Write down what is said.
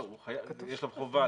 לא, יש לו חובה.